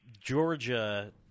Georgia